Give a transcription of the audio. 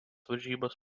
varžybas